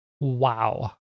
Wow